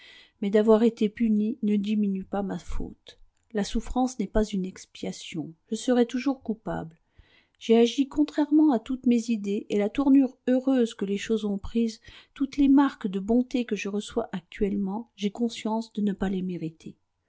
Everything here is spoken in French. mais d'avoir été punie ne diminue pas ma faute la souffrance n'est pas une expiation je serai toujours coupable j'ai agi contrairement à toutes mes idées et la tournure heureuse que les choses ont prise toutes les marques de bonté que je reçois actuellement j'ai conscience de ne pas les mériter